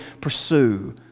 pursue